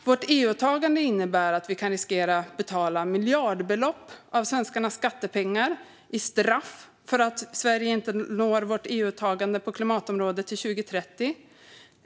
Vårt EU-åtagande innebär att vi riskerar att få betala miljardbelopp av svenskarnas skattepengar som straff för att Sverige inte når vårt EU-åtagande på klimatområdet till 2030.